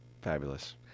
Fabulous